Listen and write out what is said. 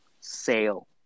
sale